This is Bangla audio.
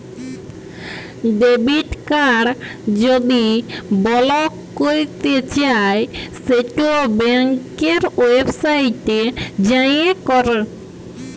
ডেবিট কাড় যদি বলক ক্যরতে চাই সেট ব্যাংকের ওয়েবসাইটে যাঁয়ে ক্যর